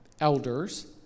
elders